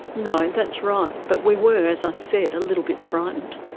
no, that's right. but we were, as i said, a little bit frightened.